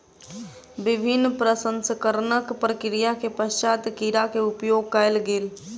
विभिन्न प्रसंस्करणक प्रक्रिया के पश्चात कीड़ा के उपयोग कयल गेल